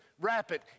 rapid